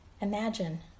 Imagine